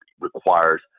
requires